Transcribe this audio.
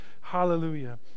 Hallelujah